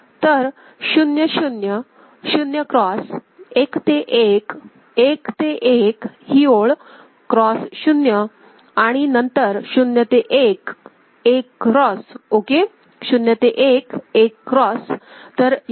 तर 0 0 0 क्रॉस 1 ते 1 1 ते 1 ही ओळ क्रॉस 0 आणि नंतर 0 ते 1 1 क्रॉस ओके 0 ते 1 1 क्रॉस